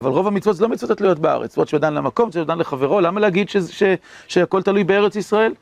אבל רוב המצוות זה לא מצוות התלויות בארץ, זאת מצוות של אדם למקום, זה אדם לחברו, למה להגיד שזה שהכול תלוי בארץ ישראל?